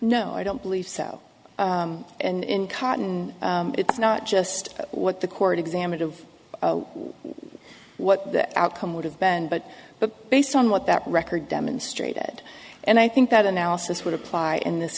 no i don't believe so and in cotton it's not just what the court examined of what what the outcome would have been but but based on what that record demonstrated and i think that analysis would apply in this